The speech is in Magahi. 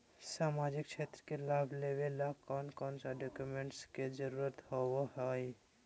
सामाजिक क्षेत्र के लाभ लेबे ला कौन कौन डाक्यूमेंट्स के जरुरत होबो होई?